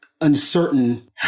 uncertain